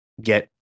get